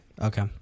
Okay